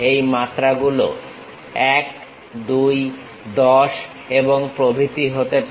এই মাত্রাগুলো 1 2 10 এবং প্রভৃতি হতে পারে